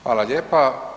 Hvala lijepa.